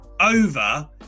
over